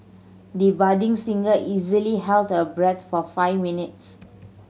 the budding singer easily held her breath for five minutes